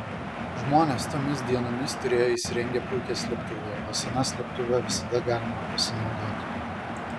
žmonės tomis dienomis turėjo įsirengę puikią slėptuvę o sena slėptuve visada galima pasinaudoti